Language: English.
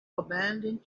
abandoned